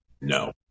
no